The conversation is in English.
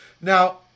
Now